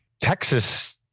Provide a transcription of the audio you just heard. Texas